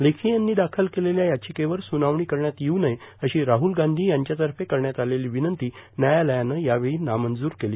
लेखी यांनी दाखल केलेल्या याचिकेवर सुनावणी करण्यात येऊ नये अशी राहल गांधी यांच्यातर्फे करण्यात आलेली विनंती न्यायालयानं नामंजूर केली